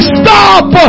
stop